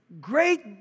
Great